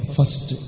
First